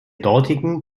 dortigen